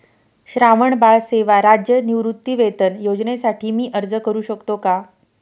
श्रावणबाळ सेवा राज्य निवृत्तीवेतन योजनेसाठी मी अर्ज करू शकतो का?